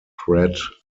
threat